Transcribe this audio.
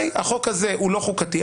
ההשוואתי,